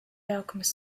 alchemist